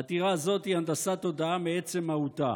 העתירה הזאת היא הנדסת הודעה מעצם מהותה.